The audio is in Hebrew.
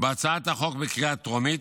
בהצעת החוק בקריאה טרומית,